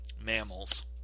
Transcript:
mammals